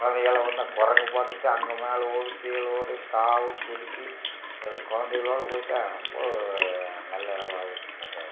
குழந்தைகள்லாம் வந்தால் குரங்கு பார்த்துட்டா அங்கே மேலே ஓடும் கீழே ஓடும் தாவும் குத்திக்கும் குழந்தைகளோட போய்விட்டா ரொம்ப நல்லா இதுவாயிருக்கும்